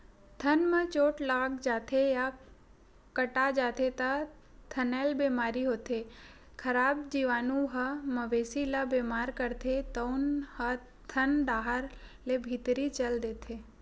थन म चोट लाग जाथे या कटा जाथे त थनैल बेमारी होथे, खराब जीवानु ह मवेशी ल बेमार करथे तउन ह थन डाहर ले भीतरी चल देथे